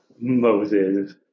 Moses